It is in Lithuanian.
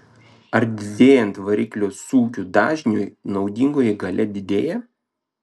ar didėjant variklio sūkių dažniui naudingoji galia didėja